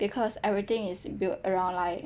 because everything is built around like